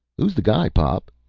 who's the guy, pop?